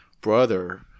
brother